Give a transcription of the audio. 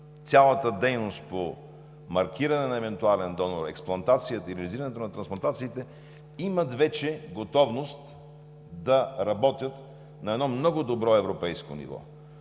цялата дейност по маркиране на евентуален донор, експлантацията и ревизирането на трансплантациите, имат вече готовност да работят на много добро европейско ниво.